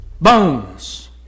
bones